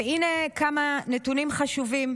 והינה כמה נתונים חשובים: